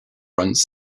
runs